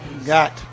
Got